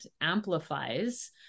amplifies